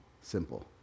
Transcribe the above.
simple